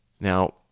Now